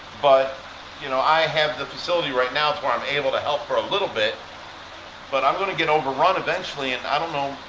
but you know i have the facility right now to where i'm able to help for a little bit but i'm gonna get overrun eventually and i don't know,